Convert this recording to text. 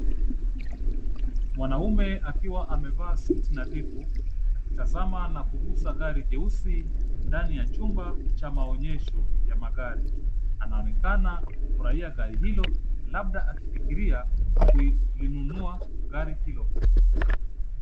Mwanaume akiwa amevaa suti nadhifu akitazama na kuguza gari jeusi ndani ya chumba cha maonyesho ya magari. Anaonekana kufurahia gari hilo labda akifikiria kulinunua gari hilo.